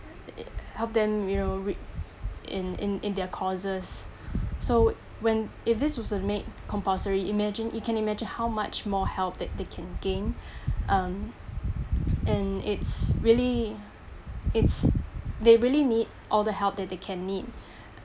help them you know we in in in their courses so when if this wasn't made compulsory imagine you can imagine how much more help that they can gain um and it's really it's they really need all the help that they can need